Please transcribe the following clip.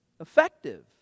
effective